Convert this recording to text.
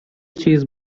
چیز